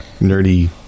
nerdy